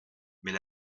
mais